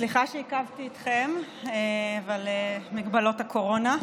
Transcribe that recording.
סליחה שעיכבתי אתכם, מגבלות הקורונה.